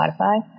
Spotify